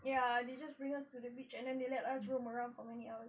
ya they just bring us to the beach and then they let us roam around for many hours